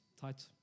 tight